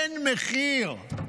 אין מחיר.